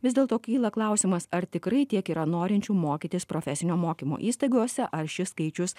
vis dėlto kyla klausimas ar tikrai tiek yra norinčių mokytis profesinio mokymo įstaigose ar šis skaičius